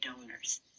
donors